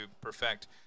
perfect